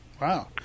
Wow